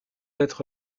être